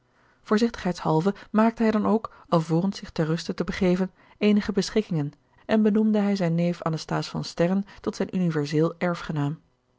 cijferen voorzichtigheidshalve maakte hij dan ook alvorens zich ter ruste te begeven eenige beschikkingen en benoemde hij zijn neef anasthase van sterren tot zijn universeel